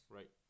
Right